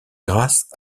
grâce